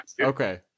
Okay